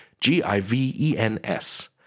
G-I-V-E-N-S